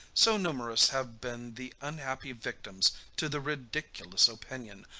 so numerous have been the unhappy victims to the ridiculous opinion,